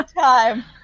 time